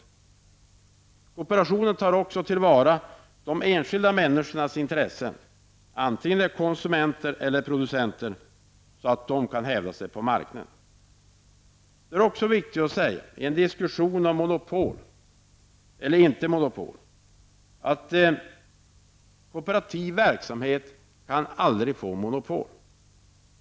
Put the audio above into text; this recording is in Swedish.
Kooperationen tar också tillvara de enskilda människornas intressen, vare sig de är konsumenter eller producenter, så att de kan hävda sig på marknaden. I en diskussion om monopol eller inte monopol är det också viktigt att säga att kooperativ verksamhet aldrig kan få monopol.